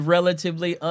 Relatively